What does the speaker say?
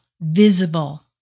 visible